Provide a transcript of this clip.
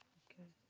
okay